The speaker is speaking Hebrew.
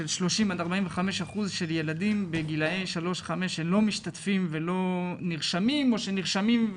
של 30% עד 45% של ילדים בגילאי 5-3 שלא משתתפים ולא נרשמים או שנרשמים,